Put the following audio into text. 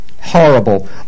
horrible